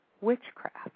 Witchcraft